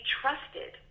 trusted